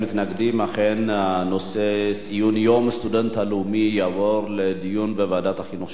אכן הנושא ציון יום הסטודנט הלאומי יעבור לדיון בוועדת החינוך של הכנסת.